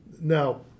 now